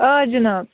آ جِناب